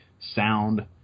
sound